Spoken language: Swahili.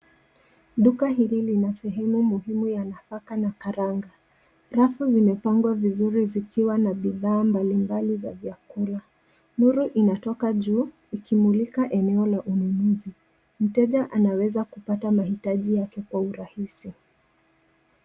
Duka hili lina sehemu muhimu ya nafaka na karanga. Rafu zimepangwa vizuri, zikiwa na bidhaa mbalimbali za vyakula. Nuru inatoka juu, ikimulika eneo la ununuzi. Mteja anaweza kupata mahitaji yake kwa urahisi.